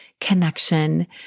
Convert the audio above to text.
connection